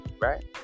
Right